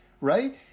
right